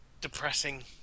depressing